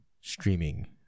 streaming